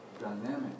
dynamic